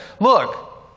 look